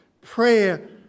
prayer